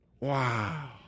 Wow